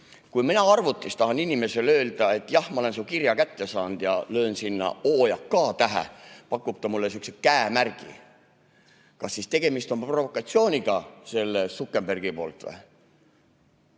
Kui mina arvutis tahan inimesele öelda, et jah, ma olen su kirja kätte saanud, ja löön sinna O- ja K-tähe, pakub ta mulle sihukese käemärgi. (Näitab käemärki.) Kas tegemist on siis provokatsiooniga Zuckerbergi poolt või?